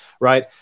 right